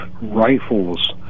rifles